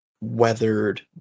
Weathered